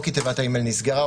או כי תיבת האימייל נסגרה,